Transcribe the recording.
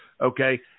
Okay